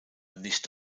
nicht